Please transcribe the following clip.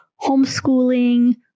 homeschooling